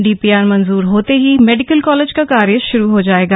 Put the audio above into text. DPR मंजूर होते ही मेडिकल कॉलेज का कार्य शुरू हो जाएगा